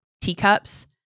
teacups